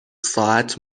ساعت